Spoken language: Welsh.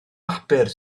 bapur